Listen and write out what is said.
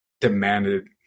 demanded